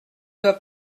doit